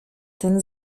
ten